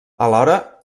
alhora